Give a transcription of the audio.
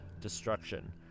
destruction